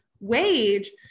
wage